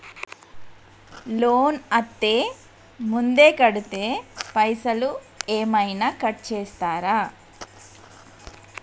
Loan అత్తే ముందే కడితే పైసలు ఏమైనా కట్ చేస్తరా?